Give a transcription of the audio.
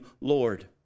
Lord